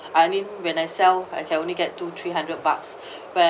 I mean when I sell I can only get to three hundred bucks where